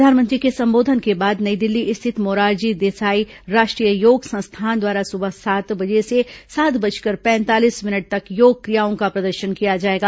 प्रधानमंत्री के संबोधन के बाद नई दिल्ली स्थित मोरारजी देसाई राष्ट्रीय योग संस्थान द्वारा सुबह सात बजे से सात बजकर पैंतालीस भिनट तक योग क्रियाओं का प्रदर्शन किया जाएगा